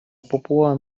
папуа